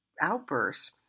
outbursts